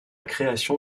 création